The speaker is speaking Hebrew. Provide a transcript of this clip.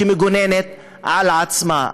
שמגוננת על עצמה.